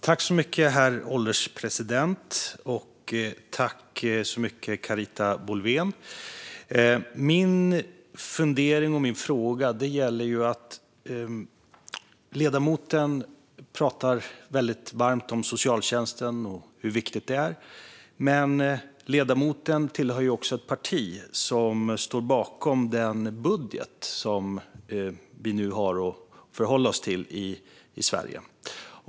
Herr ålderspresident! Ledamoten pratar väldigt varmt om socialtjänsten och hur viktig den är, men ledamoten tillhör också ett parti som står bakom den budget vi nu har att förhålla oss till i Sverige.